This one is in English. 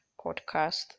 podcast